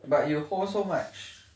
but you hold so much